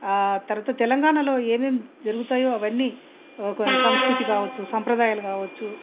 ఆ తరవాత తెలంగాణాలో ఏమేమి జరుగుతాయో అవన్నీ ఒక సంస్కృతి కావచ్చు సంప్రదాయాలు కావచ్చు